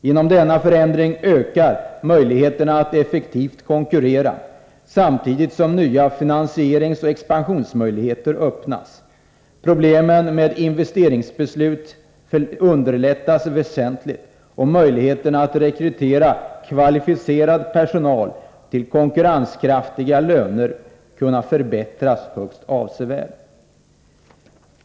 Genom denna förändring ökar möjligheterna för en effektiv konkurrens, samtidigt som nya finansieringsoch expansionsmöjligheter öppnas. Problemen med investeringsbeslut underlättas väsentligt, och möjligheterna att rekrytera kvalificerad personal till konkurrenskraftiga löner torde öka högst avsevärt.